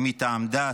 אם מטעם דת,